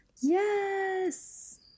yes